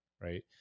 right